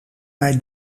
mij